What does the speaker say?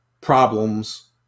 problems